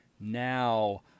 now